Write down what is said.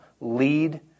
lead